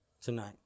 Tonight